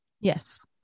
Yes